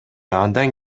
андан